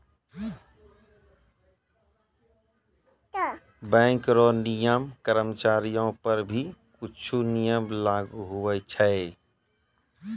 bank रो नियम कर्मचारीयो पर भी कुछु नियम लागू हुवै छै